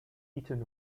eaten